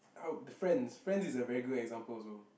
friends friend is a very good example also